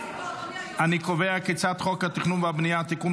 אני קובע כי הצעת חוק התכנון והבנייה (תיקון,